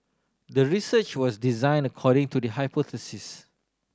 the research was designed according to the hypothesis